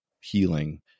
healing